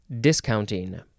discounting